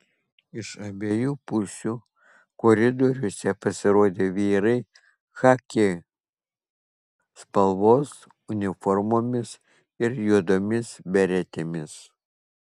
iš abiejų pusių koridoriuose pasirodė vyrai chaki spalvos uniformomis ir juodomis beretėmis